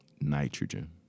nitrogen